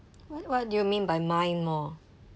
what what do you mean by mine more